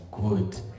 good